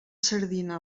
sardina